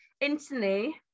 instantly